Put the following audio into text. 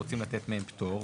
שרוצים לתת מהם פטור,